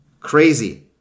Crazy